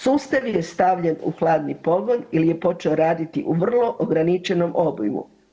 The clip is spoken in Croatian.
Sustav je stavljen u hladni pogon ili je počeo raditi u vrlo ograničenom obimu.